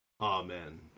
Amen